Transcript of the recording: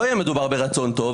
לא יהיה מדובר ברצון טוב,